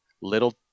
little